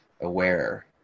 aware